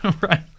Right